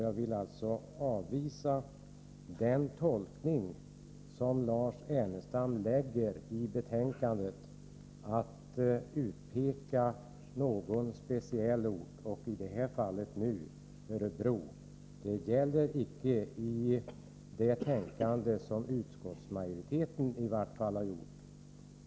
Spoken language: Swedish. Jag vill alltså avvisa Lars Ernestams tolkning av betänkandet — att man utpekar någon speciell ort, som i detta fall Örebro. Utskottsmajoriteten har icke haft sådana tankegångar.